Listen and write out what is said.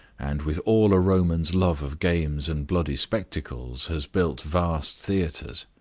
and with all a roman's love of games and bloody spectacles, has built vast theaters,